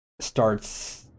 starts